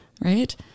right